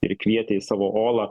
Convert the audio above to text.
ir kvietė į savo olą